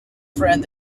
friend